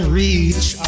reach